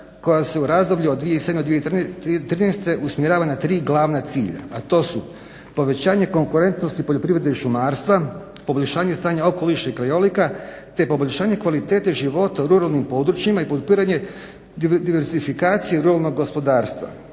koja se u razdoblju od 2007. do 2013. usmjerava na tri glavna cilja, a to su: povećanje konkurentnosti poljoprivrede i šumarstva, poboljšanje stanja okoliša i krajolika te poboljšanje kvalitete života u ruralnim područjima i podupiranje diversifikacije ruralnog gospodarstva.